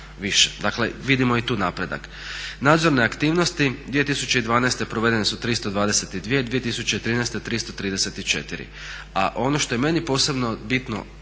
dakle vidimo i tu napredak. Nadzorne aktivnosti, 2012. provedene su 322, 2013. godine 334. A ono što je meni posebno bitno